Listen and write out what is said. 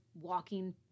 walking